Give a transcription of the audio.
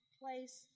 place